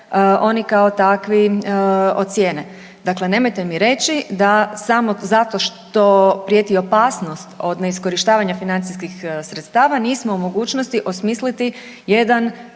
oni kao takvi ocijene. Dakle, nemojte mi reći da samo zato što prijeti opasnost od neiskorištavanja financijskih sredstava nismo u mogućnosti osmisliti jedan